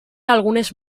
algunes